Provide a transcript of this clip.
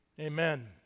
amen